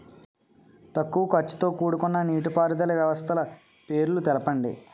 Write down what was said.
తక్కువ ఖర్చుతో కూడుకున్న నీటిపారుదల వ్యవస్థల పేర్లను తెలపండి?